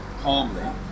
calmly